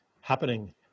happening